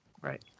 Right